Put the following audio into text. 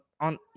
on